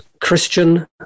Christian